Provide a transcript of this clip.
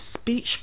speech